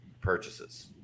purchases